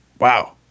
wow